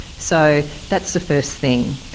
so that's the first thing.